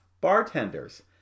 Bartenders